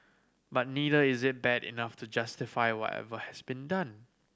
but neither is it bad enough to justify whatever has been done